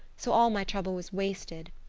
so all my trouble was wasted.